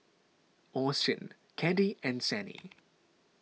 Austyn Caddie and Sannie